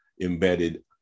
embedded